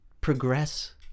progress